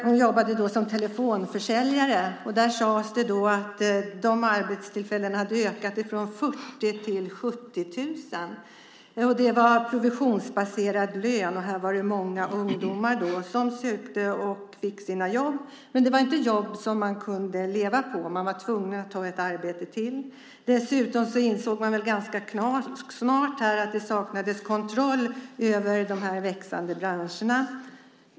Hon jobbade som telefonförsäljare. Det sades att dessa arbetstillfällen hade ökat från 40 000 till 70 000. Lönen var provisionsbaserad. Det var många ungdomar som sökte och fick jobb. Men det var inte jobb som de kunde leva på; de var tvungna att ta ett arbete till. Man insåg ganska snart att det saknades kontroll över denna växande bransch.